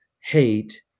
hate